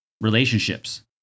relationships